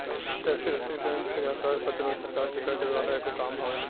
tax resistance या कर प्रतिरोध सरकार के कर देवे वाला एगो काम हवे